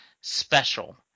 special